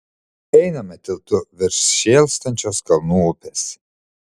einame tiltu virš šėlstančios kalnų upės